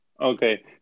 Okay